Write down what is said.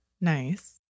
Nice